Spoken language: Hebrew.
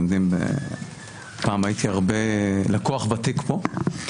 פעם הייתי לקוח ותיק פה.